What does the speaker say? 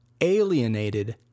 alienated